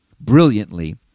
brilliantly